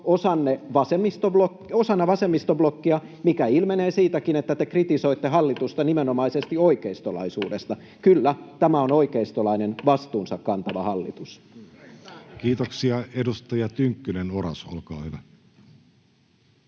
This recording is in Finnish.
osanne vasemmistoblokissa, mikä ilmenee siitäkin, että te kritisoitte hallitusta nimenomaisesti oikeistolaisuudesta. Kyllä, tämä on oikeistolainen, vastuunsa kantava hallitus. Kiitoksia. — Edustaja Tynkkynen, Oras, olkaa hyvä.